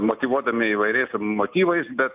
motyvuodami įvairiais motyvais bet